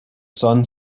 son